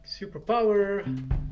Superpower